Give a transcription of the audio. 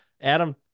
Adam